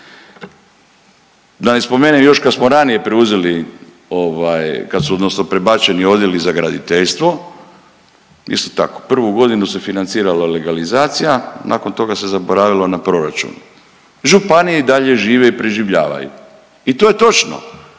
Da ne spomenem još kad smo ranije preuzeli, kad su odnosno prebačeni odjeli za graditeljstvo isto tako. Prvu godinu se financirala legalizacija, nakon toga se zaboravilo na proračun. Županije i dalje žive i preživljavaju i to je točno.